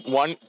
one